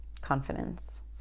Confidence